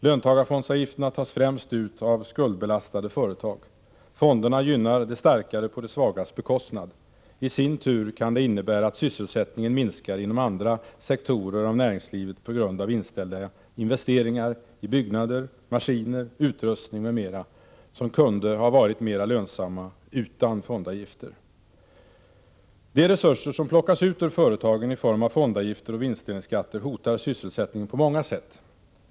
Löntagarfondsavgifterna tas främst ut av skuldbelastade företag. Fonderna gynnar de starkare på de svagas bekostnad. I sin tur kan det innebära att sysselsättningen minskar inom andra sektorer av näringslivet på grund av inställda investeringar i byggnader, maskiner, utrustning m.m., som kunde ha varit lönsamma utan fondavgifter. De resurser som plockas ut ur företagen i form av fondavgifter och vinstdelningsskatter hotar sysselsättningen på många sätt.